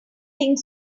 think